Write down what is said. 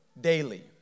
daily